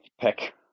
pick